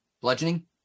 Bludgeoning